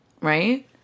right